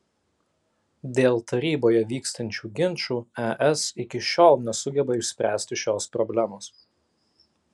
dėl taryboje vykstančių ginčų es iki šiol nesugeba išspręsti šios problemos